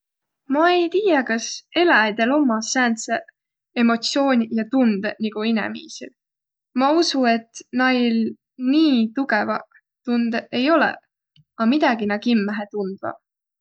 Ma ei tiiäq, kas eläjil ommaq sääntseq emotsiooniq ja tundõq, nigu inemiisil. Ma usu, et näil nii tugõvq tundõq ei olõq, a midägi nä kimmähe tundvaq.